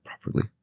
properly